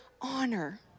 honor